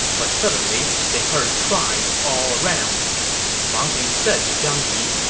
but suddenly, they heard cries all around wang ping said to zhang yi,